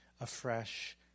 afresh